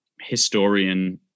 historian